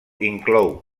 inclou